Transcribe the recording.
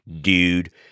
Dude